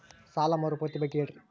ಸಾಲ ಮರುಪಾವತಿ ಬಗ್ಗೆ ಹೇಳ್ರಿ?